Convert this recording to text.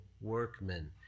workmen